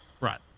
Right